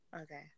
Okay